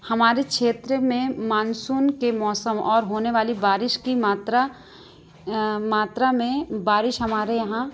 हमारे क्षेत्र में मानसून के मौसम और होने वाली बारिश की मात्रा मात्रा में बारिश हमारे यहाँ